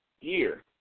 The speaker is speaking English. year